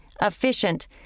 efficient